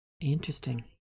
Interesting